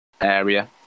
area